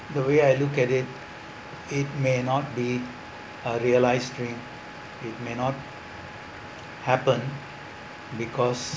the way I look at it it may not be a realised dream it may not happen because